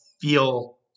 feel